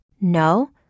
No